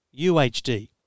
UHD